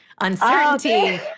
Uncertainty